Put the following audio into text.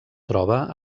troba